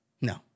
No